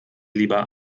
lieber